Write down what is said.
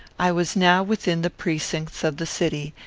i was now within the precincts of the city,